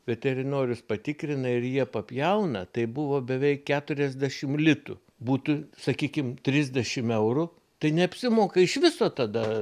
veterinorius patikrina ir jie papjauna tai buvo bevei keturiasdešim litų būtų sakykim trisdešim eurų tai neapsimoka iš viso tada